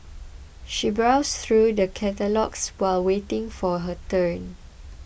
she browsed through the catalogues while waiting for her turn